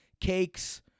cakes